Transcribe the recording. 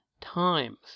times